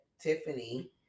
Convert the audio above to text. Tiffany